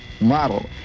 model